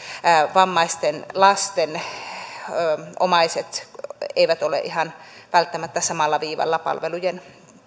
vammaisten lasten omaiset eivät ole ihan välttämättä samalla viivalla palvelujen